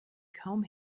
kaum